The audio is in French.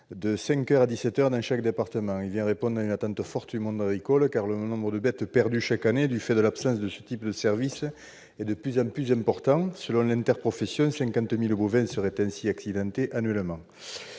animaux accidentés transportables. Il vient répondre à une attente forte du monde agricole, car le nombre de bêtes perdues chaque année du fait de l'absence de ce type de service est de plus en plus important. Selon l'interprofession, 50 000 bovins sont accidentés annuellement.